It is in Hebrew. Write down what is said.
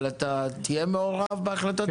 אבל אתה תהיה מעורב בהחלטות הממשלה?